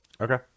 okay